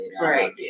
Right